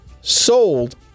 sold